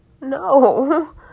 no